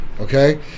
okay